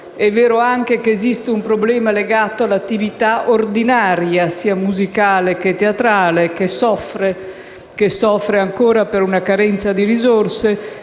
è vero anche che esiste un problema legato all'attività ordinaria, sia musicale che teatrale, che soffre ancora per la carenza di risorse.